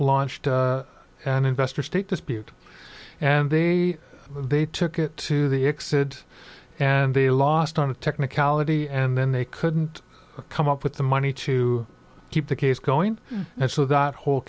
launched an investor state dispute and they they took it to the excited and they lost on a technicality and then they couldn't come up with the money to keep the case going and so that whole